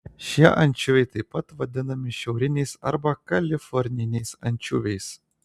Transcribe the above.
šie ančiuviai taip pat vadinami šiauriniais arba kaliforniniais ančiuviais